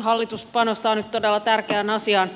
hallitus panostaa nyt todella tärkeään asiaan